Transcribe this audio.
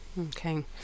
Okay